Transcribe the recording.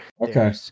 Okay